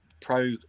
pro